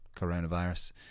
coronavirus